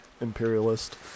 imperialist